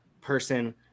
person